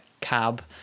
cab